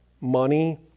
money